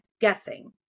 guessing